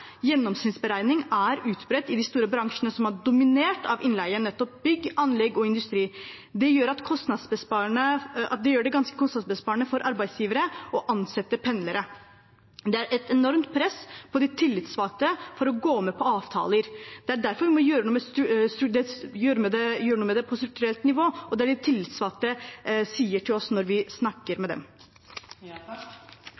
er gjennomsnittsberegning utbredt i de store bransjene som er dominert av innleie, nettopp bygg, anlegg og industri. Det gjør det ganske kostnadsbesparende for arbeidsgivere å ansette pendlere. Det er et enormt press på de tillitsvalgte for å gå med på avtaler. Det er derfor vi må gjøre noe med det på strukturelt nivå, og det er det de tillitsvalgte sier til oss når vi snakker med dem. Representanten Per Olaf Lundteigen har hatt ordet to ganger tidligere og får ordet til